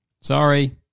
Sorry